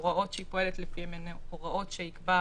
שההוראות שהיא פועלת לפיהן הן הוראות שיקבל